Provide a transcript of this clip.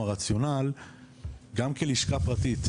או הרציונל גם כלשכה פרטית,